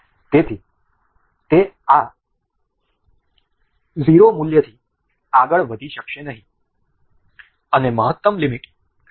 તેથી તે આ 0 મૂલ્યથી આગળ વધી શકશે નહીં અને મહત્તમ લિમિટ 0